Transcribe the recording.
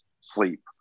sleep